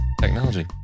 technology